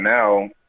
now